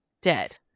dead